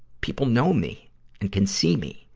people know me and can see me.